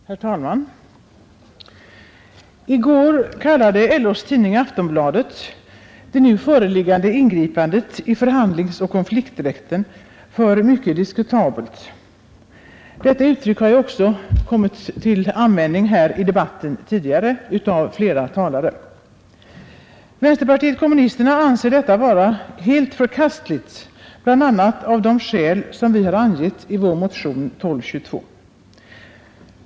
Herr talman! I går kallade LOs tidning Aftonbladet det nu föreliggande ingripandet i förhandlingsoch konflikträtten för mycket diskutabelt. Detta uttryck har också kommit till användning här i debatten i dag av flera talare. Vänsterpartiet kommunisterna anser detta ingripande vara helt förkastligt, bl.a. av de skäl som vi angivit i vår motion nr 1222.